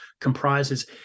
comprises